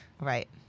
right